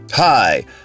Hi